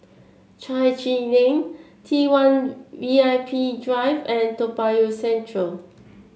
Chai Chee Lane T one V I P Drive and Toa Payoh Central